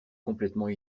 complètement